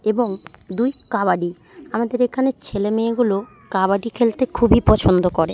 এবং দুই কাবাডি আমাদের এখানে ছেলে মেয়েগুলো কাবাডি খেলতে খুবই পছন্দ করে